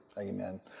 Amen